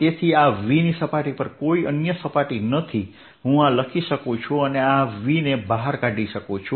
તેથી આ Vની સપાટી ઉપર કોઈ અન્ય સપાટી નથી હું આ લખી શકું છું અને આ Vને બહાર કાઢી શકું છું